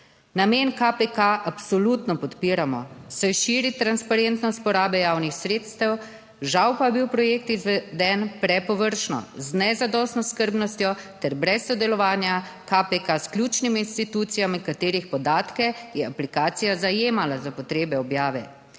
Namen KPK absolutno podpiramo, saj širi transparentnost porabe javnih sredstev. Žal pa je bil projekt izveden prepovršno. Z nezadostno skrbnostjo ter brez sodelovanja KPK ključnimi institucijami, katerih podatke je aplikacija zajemala za potrebe objave.